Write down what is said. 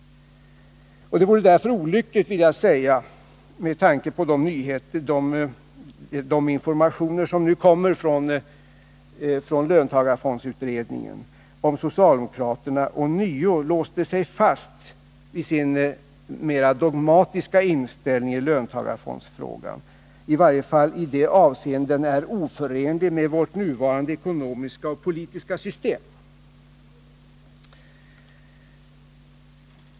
Det vore därför olyckligt — jag vill säga det med tanke på informationer som nu kommer från löntagarfondsutredningen — om socialdemokraterna ånyo låste fast sig vid sin mera dogmatiska inställning i löntagarfondsfrågan, i varje fall i de avseenden den är oförenlig med vårt nuvarande ekonomiska och politiska system.